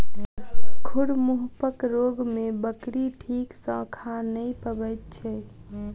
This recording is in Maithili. खुर मुँहपक रोग मे बकरी ठीक सॅ खा नै पबैत छै